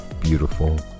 beautiful